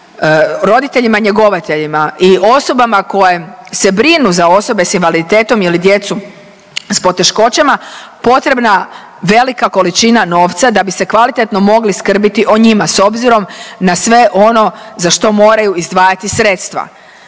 roditeljima njegovateljima i osobama koje se brinu za osobe s invaliditetom ili djecu s poteškoćama potrebna velika količina novca da bi se kvalitetno mogli skrbiti o njima s obzirom na sve ono za što moraju izdvajati sredstva.